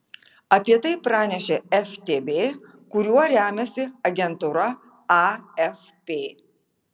apie tai pranešė ftb kuriuo remiasi agentūra afp